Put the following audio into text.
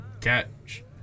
catch